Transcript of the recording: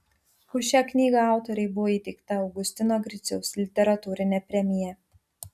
už šią knygą autorei buvo įteikta augustino griciaus literatūrinė premija